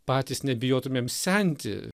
patys nebijotumėm senti